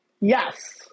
Yes